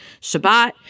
Shabbat